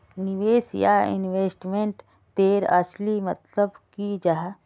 निवेश या इन्वेस्टमेंट तेर असली मतलब की जाहा?